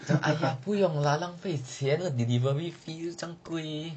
I say 不用 lah 浪费钱那个 delivery fees 又这样贵